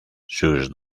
sus